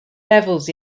levels